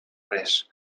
res